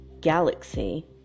galaxy